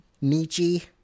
Nietzsche